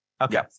Okay